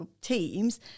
teams